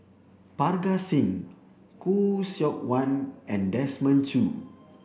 Parga Singh Khoo Seok Wan and Desmond Choo